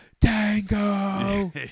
Tango